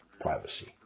privacy